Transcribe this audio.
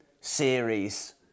series